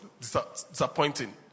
disappointing